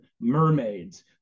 mermaids